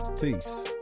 Peace